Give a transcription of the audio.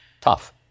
tough